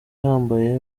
ihambaye